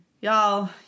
Y'all